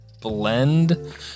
blend